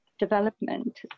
development